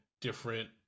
different